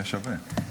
היה שווה.